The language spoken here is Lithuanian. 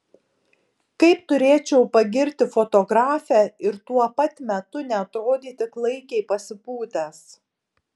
kaip turėčiau pagirti fotografę ir tuo pat metu neatrodyti klaikiai pasipūtęs